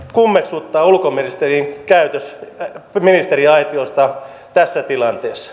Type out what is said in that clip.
kummeksuttaa ulkoministerin käytös ministeriaitiossa tässä tilanteessa